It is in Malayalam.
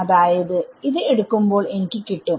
അതായത് എടുക്കുമ്പോൾ എനിക്ക് കിട്ടും